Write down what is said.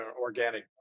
organic